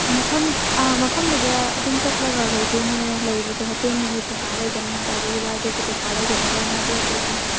ꯃꯐꯝ ꯑꯥ ꯃꯐꯝꯗꯨꯗ ꯑꯗꯨꯝ ꯆꯠꯂꯒ ꯂꯩꯗꯣꯏꯅꯦ ꯂꯩꯕꯁꯨ ꯍꯣꯇꯦꯜꯒꯤ ꯄꯩꯁꯥ ꯂꯩꯒꯅꯤ ꯒꯥꯔꯤ ꯋꯥꯏꯕꯒꯤ ꯄꯩꯁꯥ ꯂꯩꯒꯅꯤ ꯂꯣꯏꯅ ꯑꯗꯨꯏꯗꯨꯒꯤꯅꯦ